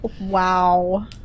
Wow